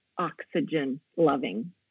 oxygen-loving